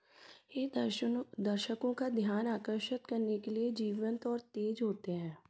यह दर्शनों दर्शकों का ध्यान आकर्षित करने के लिए जीवंत और तेज़ होते हैं